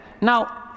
Now